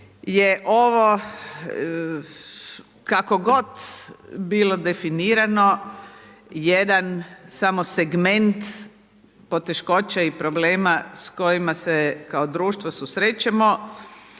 ovo kako god bilo definirano jedan samo segment poteškoće i problema s kojima se kao društvo susrećemo